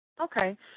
okay